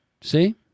See